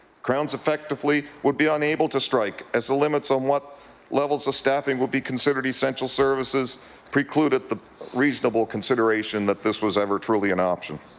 crowns effectively would be unable to strike as the limits on what levels of staffing would be considered essential services precluded the reasonable consideration that this was ever truly an option.